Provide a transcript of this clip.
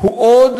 הוא עוד